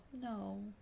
No